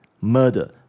murder